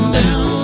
down